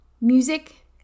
music